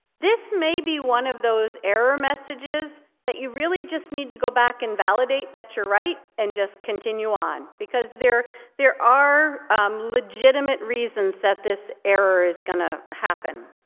this may be one of those error messages that you really just need to go back and validate that you're right and just continue on. because there there are legitimate reasons that this error is going to happen.